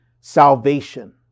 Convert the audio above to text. salvation